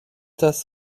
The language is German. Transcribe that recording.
das